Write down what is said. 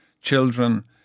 children